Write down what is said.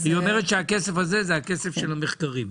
היא אומרת שהכסף הזה זה הכסף של המחקרים.